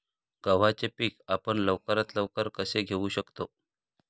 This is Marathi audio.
गव्हाचे पीक आपण लवकरात लवकर कसे घेऊ शकतो?